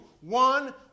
One